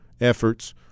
efforts